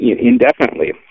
indefinitely